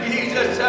Jesus